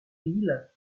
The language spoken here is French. risle